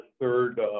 third